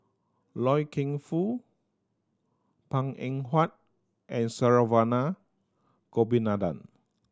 Loy Keng Foo Png Eng Huat and Saravanan Gopinathan